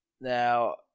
Now